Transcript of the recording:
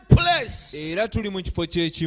place